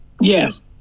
Yes